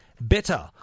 better